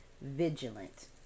vigilant